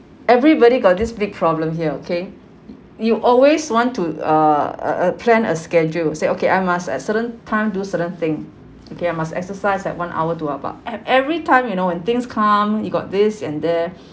everybody got this big problem here okay you always want to uh uh uh plan a schedule said okay I must at certain time do certain thing okay I must exercise at one hour to about ev~ every time you know when things come you got this and then